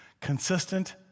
Consistent